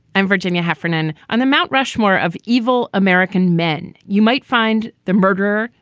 i'm virginia heffernan on the mount rushmore of evil american men. you might find the murderer,